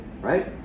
right